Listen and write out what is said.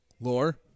Lore